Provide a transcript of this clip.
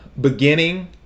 beginning